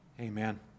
Amen